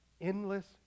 endless